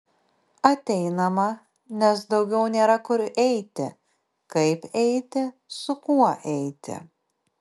ateinama nes daugiau nėra kur eiti kaip eiti su kuo eiti